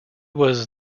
was